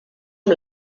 amb